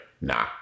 nah